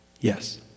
Yes